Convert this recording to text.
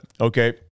Okay